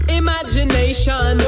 imagination